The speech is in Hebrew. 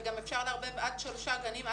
וגם אפשר לערבב עד שלושה גנים,